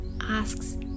asks